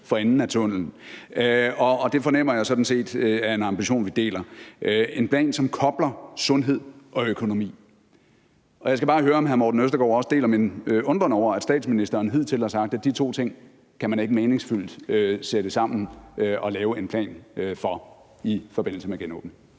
for enden af tunnellen, og det fornemmer jeg sådan set er en ambition, vi deler – en plan, som kobler sundhed og økonomi. Og jeg skal bare høre, om hr. Morten Østergaard også deler min undren over, at statsministeren hidtil har sagt, at de to ting kan man ikke meningsfyldt sætte sammen og lave en plan for i forbindelse med genåbningen.